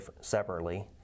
separately